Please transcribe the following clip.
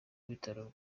bitaro